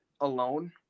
alone